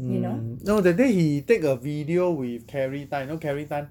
mm no that day he take a video with carrie tan you know carrie tan